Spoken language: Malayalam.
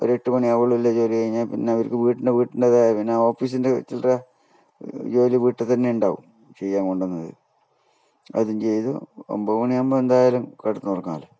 ഒരു എട്ട് മണിയാവുള്ളല്ലോ ജോലി കഴിഞ്ഞാൽ പിന്നെ അവർക്ക് വീട്ടിൻ്റെ വീട്ടിൻ്റേതായ പിന്നെ ഓഫീസിൻ്റെ ചില്ലറ ജോലി വീട്ടിൽ തന്നെ ഉണ്ടാവും ചെയ്യാൻ കൊണ്ട് വന്നത് അതും ചെയ്ത് ഒമ്പത് മണിയകുമ്പം എന്തായാലും കിടന്ന് ഉറങ്ങാല്ലോ